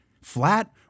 Flat